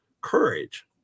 courage